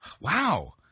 Wow